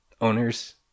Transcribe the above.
owners